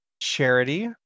charity